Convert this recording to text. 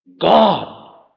God